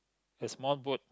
a small boat